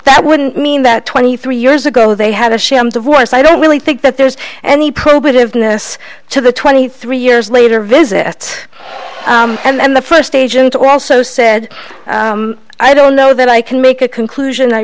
that wouldn't mean that twenty three years ago they had a sham divorce i don't really think that there's any probative ness to the twenty three years later visit and the first agent also said i don't know that i can make a conclusion i